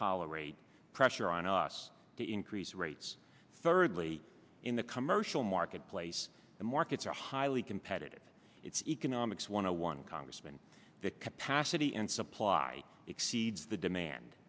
tolerate pressure on us to increase rates thirdly in the commercial marketplace and markets are highly competitive it's economics one hundred one congressman the capacity and supply exceeds the demand